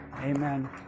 Amen